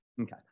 Okay